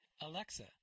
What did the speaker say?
Alexa